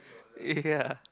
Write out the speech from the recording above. ya